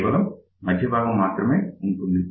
కేవలం మధ్య భాగం మాత్రం ఉంటుంది